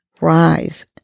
Rise